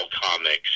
comics